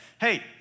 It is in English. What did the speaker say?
Hey